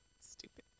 Stupid